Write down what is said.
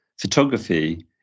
Photography